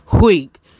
week